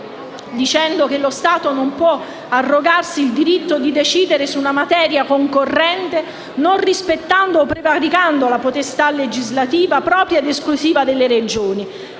dicendo che lo Stato non può arrogarsi il diritto di decidere su una materia concorrente non rispettando o prevaricando la potestà legislativa propria ed esclusiva delle Regioni.